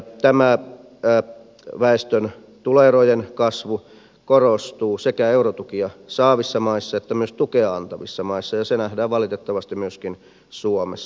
tämä väestön tuloerojen kasvu korostuu sekä eurotukia saavissa maissa että myös tukea antavissa maissa ja se nähdään valitettavasti myöskin suomessa